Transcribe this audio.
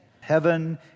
Heaven